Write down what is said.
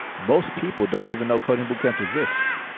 most people don't even know coding boot camps exists.